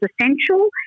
essential